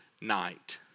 night